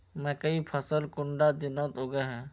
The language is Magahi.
मकई फसल कुंडा दिनोत उगैहे?